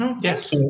Yes